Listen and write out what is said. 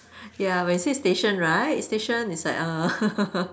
ya when you say station right station is like err